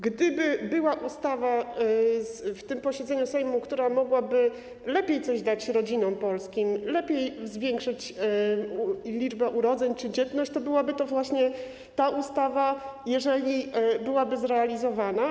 Gdyby była ustawa na tym posiedzeniu Sejmu, która mogłaby coś lepszego dać rodzinom polskim, bardziej zwiększyć liczbę urodzeń czy dzietność, to byłaby to właśnie ta ustawa, jeżeli byłaby zrealizowana.